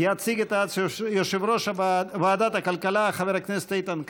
יציג את ההצעה יושב-ראש ועדת הכלכלה חבר הכנסת איתן כבל.